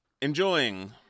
enjoying